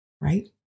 right